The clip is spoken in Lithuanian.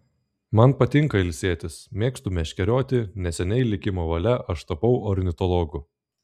man patinka ilsėtis mėgstu meškerioti neseniai likimo valia aš tapau ornitologu